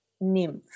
Nymph